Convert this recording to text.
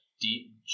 deep